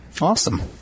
Awesome